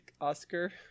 Oscar